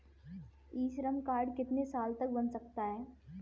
ई Shram card कितने साल तक बन सकता है?